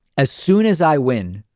as soon as i win,